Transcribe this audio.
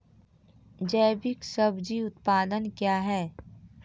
जैविक सब्जी उत्पादन क्या हैं?